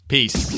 Peace